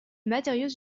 matériaux